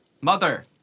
Mother